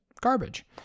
garbage